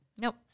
Nope